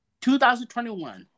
2021